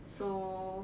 so